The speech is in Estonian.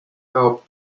kaob